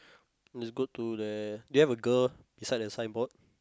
must go to there they have a girl beside that signboard